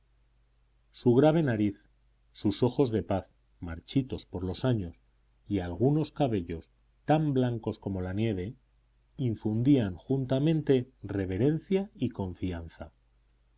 su grave nariz sus ojos de paz marchitos por los años y algunos cabellos tan blancos como la nieve infundían juntamente reverencia y confianza